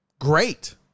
Great